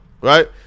right